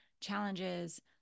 challenges